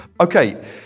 Okay